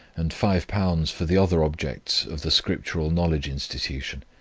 and five pounds for the other objects of the scriptural knowledge institution.